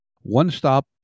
one-stop